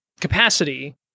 capacity